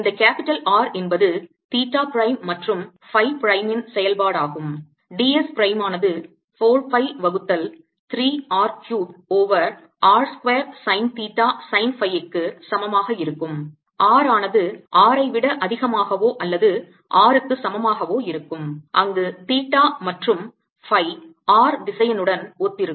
இந்த capital R என்பது theta prime மற்றும் ஃபை பிரைமின் செயல்பாடாகும் d s பிரைமானது 4 pi வகுத்தல் 3 R cubed over r square sine theta sine phi க்கு சமமாக இருக்கும் r ஆனது R ஐ விட அதிகமாகவோ அல்லது R க்கு சமமாகவோ இருக்கும் அங்கு தீட்டா மற்றும் ஃபை r திசையனுடன் ஒத்திருக்கும்